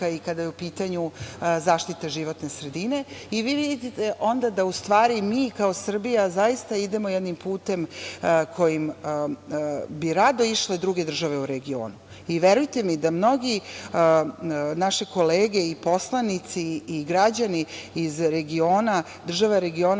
i kada je u pitanju zaštita životne sredine i vi vidite onda da u stvari mi kao Srbija zaista idemo jednim putem kojim bi rado išle druge države u regionu. Verujte mi da mnoge naše kolege i poslanici i građani iz država regiona